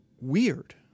weird